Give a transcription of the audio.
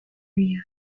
area